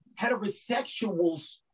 heterosexuals